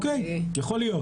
יכול להיות.